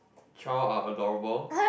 child are adorable